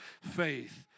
faith